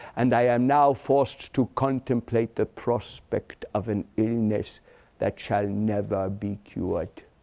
and i am now forced to contemplate the prospect of an illness that shall never be cured.